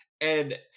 And-